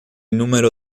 número